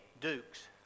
Dukes